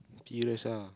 serious ah